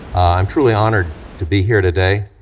i'm truly honored to be here today.